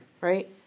right